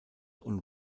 und